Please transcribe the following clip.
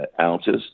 ounces